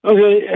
Okay